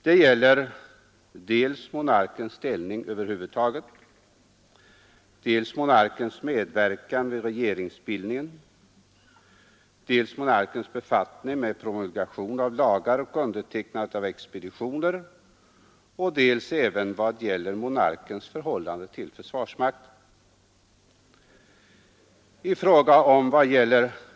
Det gäller dels monarkens ställning över huvud taget, dels monarkens medverkan vid regeringsbildningen, dels monarkens befattning med promulgation av lagar och undertecknande av expeditioner, dels ock monarkens förhållande till försvarsmakten.